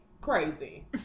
crazy